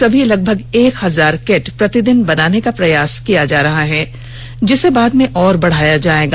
अभी लगभग एक हजार किट प्रतिदिन बनाने का प्रयास किया जा रहा है जिसे बाद में और बढ़ाया जायेगा